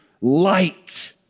light